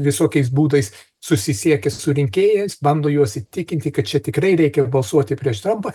visokiais būdais susisiekia su rinkėjais bando juos įtikinti kad čia tikrai reikia balsuoti prieš trampą